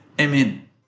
Amen